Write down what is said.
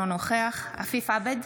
אינו נוכח עפיף עבד,